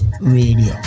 radio